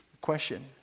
Question